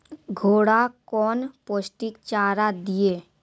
घोड़ा कौन पोस्टिक चारा दिए?